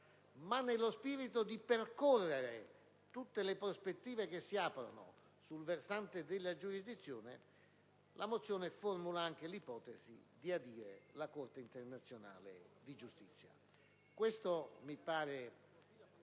minaccia ma di percorrere tutte le prospettive che si aprono sul versante della giurisdizione, la mozione formula anche l'ipotesi di adire la Corte internazionale di giustizia. Questo è il